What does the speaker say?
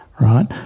right